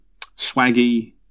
Swaggy